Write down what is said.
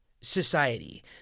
society